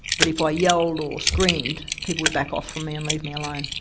that if i yelled or screamed people would back off from me and leave me alone.